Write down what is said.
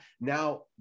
now